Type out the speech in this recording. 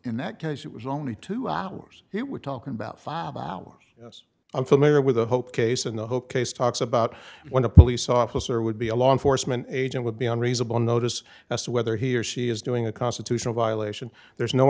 in that case it was only two hours he would talk about five hours yes i'm familiar with the hope case and the whole case talks about when a police officer would be a law enforcement agent would be on reasonable notice as to whether he or she is doing a constitutional violation there is no